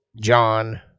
John